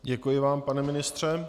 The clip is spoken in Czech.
Děkuji vám, pane ministře.